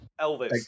Elvis